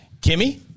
Kimmy